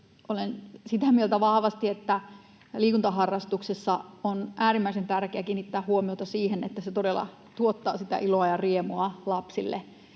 olen sitä mieltä vahvasti, että liikuntaharrastuksessa on äärimmäisen tärkeää kiinnittää huomiota siihen, että se todella tuottaa sitä iloa ja riemua lapsille